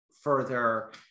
further